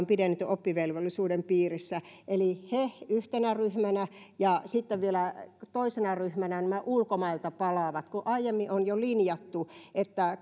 pidennetyn oppivelvollisuuden piirissä eli he yhtenä ryhmänä ja sitten vielä toisena ryhmänä nämä ulkomailta palaavat kun aiemmin on jo linjattu että